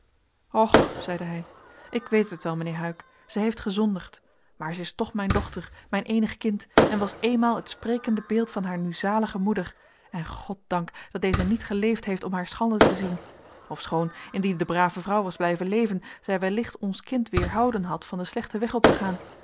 och zeide hij ik weet het wel mijnheer huyck zij heeft gezondigd maar zij is toch mijn dochter mijn eenig kind en was eenmaal het sprekende beeld van haar nu zalige moeder en goddank dat deze niet geleefd heeft om haar schande te zien ofschoon indien de brave vrouw was blijven leven zij wellicht ons kind weerhouden had van den slechten weg op te gaan